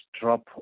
drop